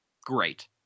great